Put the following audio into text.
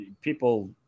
people